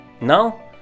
Now